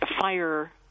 fire